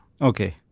Okay